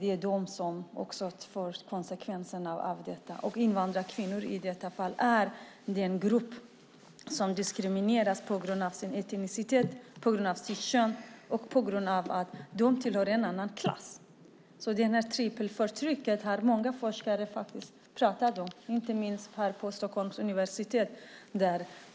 Det är de som får ta konsekvenserna. Invandrarkvinnor är en grupp som diskrimineras på grund av sin etnicitet, på grund av sitt kön och på grund av att de tillhör en annan klass. Detta trippelförtryck har många forskare pratat om, inte minst på Stockholms universitet.